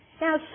Now